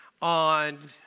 on